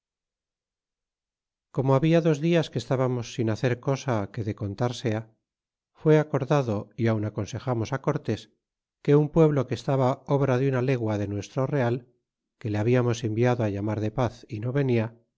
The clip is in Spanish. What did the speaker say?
como habia dos dias que estábamos sin hacer cosa que de contar sea fué acordado y aun aconsejamos á cortes que un pueblo que estaba obra de una legua de nuestro real que le habiarnos enviado á llamar de paz y no venia